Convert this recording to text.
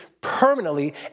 permanently